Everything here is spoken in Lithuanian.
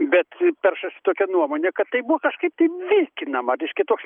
bet peršasi tokia nuomonė kad tai buvo kažkaip tai vilkinama reiškia toks